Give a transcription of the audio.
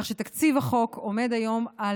כך שתקציב החוק עומד היום על